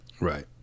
Right